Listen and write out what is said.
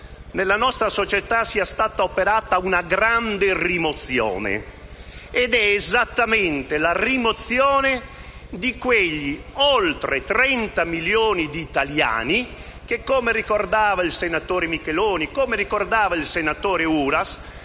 nella nostra società sia stata operata una grande rimozione, ed è esattamente la rimozione di quegli oltre 30 milioni di italiani che, come ricordavano i senatori Micheloni e Uras,